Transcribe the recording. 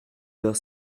heures